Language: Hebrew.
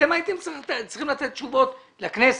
אתם הייתם צריכים לתת תשובות לכנסת,